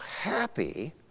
happy